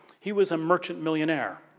he was a merchant millionaire.